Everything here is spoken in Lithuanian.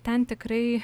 ten tikrai